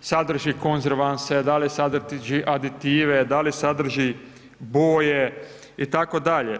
sadrži konzervanse, da li sadrži aditive, da li sadrži boje itd.